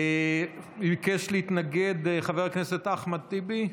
ביקש להתנגד חבר הכנסת אחמד טיבי.